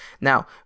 now